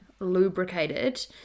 lubricated